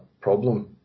problem